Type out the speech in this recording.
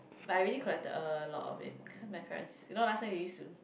but I really collect a lot of it because my parents you know last time we use to